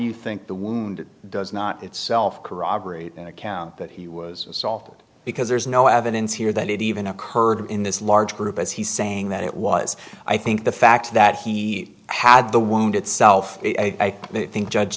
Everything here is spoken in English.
you think the wound does not itself corroborate an account that he was assault because there's no evidence here that it even occurred in this large group as he's saying that it was i think the fact that he had the wound itself i think judge